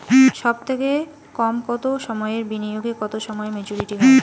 সবথেকে কম কতো সময়ের বিনিয়োগে কতো সময়ে মেচুরিটি হয়?